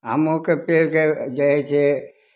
आमोके पेड़के जे हइ से